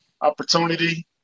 opportunity